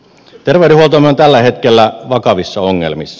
terveydenhuoltomme on tällä hetkellä vakavissa ongelmissa